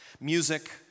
Music